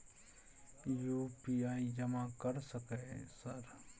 UPI जमा कर सके सर?